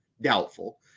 Doubtful